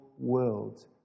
World